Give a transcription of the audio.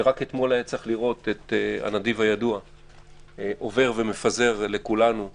ורק אתמול היה צריך לראות את הנדיב הידוע עובר ומפזר לכולנו כספים,